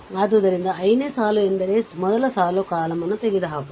ಆದ್ದರಿಂದ i ನೇ ಸಾಲು ಎಂದರೆ ಮೊದಲ ಸಾಲು ಕಾಲಮ್ ನ್ನು ತೆಗೆದುಹಾಕುವ